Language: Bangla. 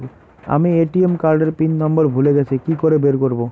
আমি এ.টি.এম কার্ড এর পিন নম্বর ভুলে গেছি কি করে বের করব?